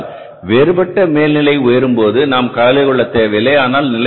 ஏனென்றால் வேறுபட்ட மேல்நிலை உயரும்போது நாம் கவலை கொள்ளத் தேவையில்லை